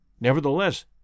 Nevertheless